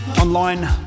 online